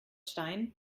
stein